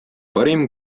parim